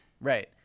right